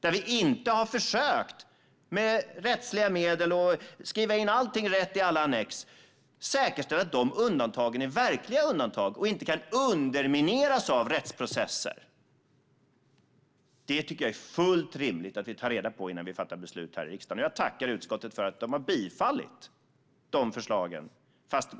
där vi inte har försökt med rättsliga medel och att skriva in allting rätt i alla annex? Det är väl bra att kunna säkerställa att de undantagen är verkliga och inte kan undermineras av rättsprocesser? Det tycker jag är fullt rimligt att vi tar reda på innan vi fattar beslut här i riksdagen. Jag tackar utskottet för att det har tillstyrkt förslagen.